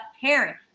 parent